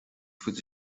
faide